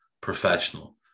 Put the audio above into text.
professional